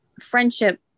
friendship